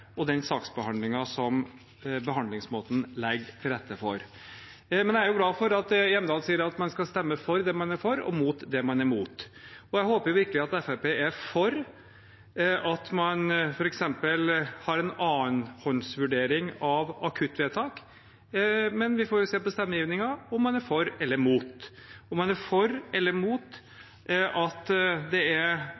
og den saksbehandlingen behandlingsmåten legger til rette for. Men jeg er jo glad for at representanten Hjemdal sier at man skal stemme for det man er for, og mot det man er mot. Jeg håper virkelig at Fremskrittspartiet er for at man f.eks. har en annenhåndsvurdering av akuttvedtak, men vi får se på stemmegivningen om man er for eller mot – om man er for eller mot